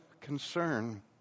concern